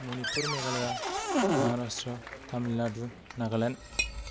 Manipur Meghalaya Maharashtra Tamil Nadu Nagaland